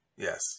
Yes